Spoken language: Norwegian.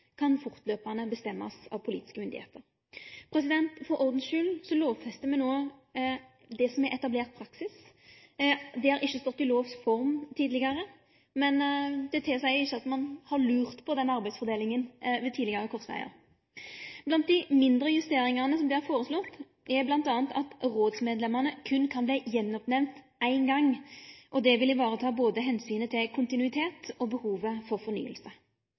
kan fortløpande bestemmast av politiske myndigheiter. For ordens skyld: Me lovfestar no det som er etablert praksis. Det har ikkje vore i lovs form tidlegare, men det tilseier ikkje at ein har lurt på denne arbeidsfordelinga ved tidlegare krossvegar. Blant dei mindre justeringane som vert foreslått, er bl.a. at rådsmedlemmane berre kan verte gjennoppnemnde éin gong. Dette vil vareta både omsynet til kontinuitet og behovet for